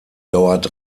dauert